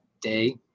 day